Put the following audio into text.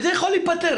זה יכול להיפתר.